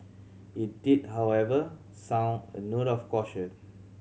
it did however sound a note of caution